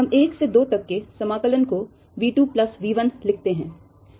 हम 1 से 2 तक के समाकलन को - V 2 plus V 1 लिखते हैं